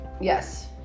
yes